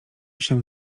się